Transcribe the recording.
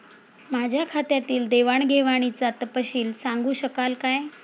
माझ्या खात्यातील देवाणघेवाणीचा तपशील सांगू शकाल काय?